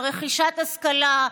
רכישת השכלה,